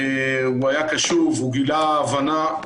הוא היה קשוב וגילה הבנה,